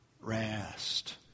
rest